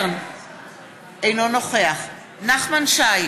אינו נוכח נחמן שי,